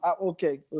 okay